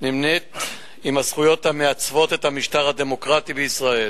נמנית עם הזכויות המעצבות את המשטר הדמוקרטי בישראל.